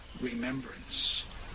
remembrance